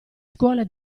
scuole